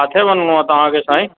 किथे वञिणो आहे तव्हांखे साईं